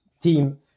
team